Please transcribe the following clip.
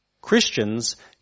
Christians